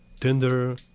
Tinder